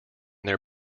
their